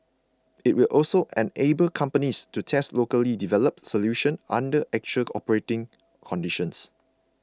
it will also enable companies to test locally developed solutions under actual operating conditions